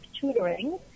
tutoring